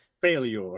Failure